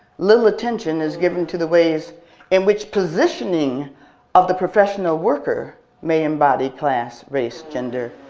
little attention is given to the ways in which positioning of the professional worker may embody class, race, gender,